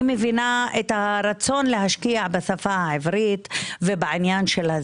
אני מבינה את הרצון להשקיע בשפה העברית ובזהות.